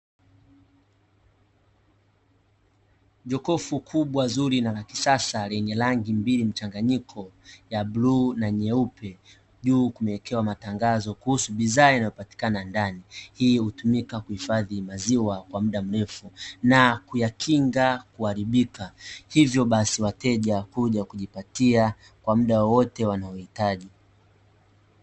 Jokofu kubwa zuri na la kisasa lenye rangi mbili mchanganyiko; ya buluu na nyeupe, juu limewekwa matangazo kuhusu bidhaa inayopatikana ndani, inayotumika kuhifadhi maziwa kwa muda mrefu na kuyakinga kuharibika, hivyo basi wateja huja kujipatia kwa muda wowote wanaohitaji.